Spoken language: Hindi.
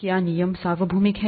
क्या नियम सार्वभौमिक हैं